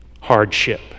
hardship